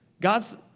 God's